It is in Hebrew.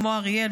כמו אריאל,